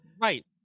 right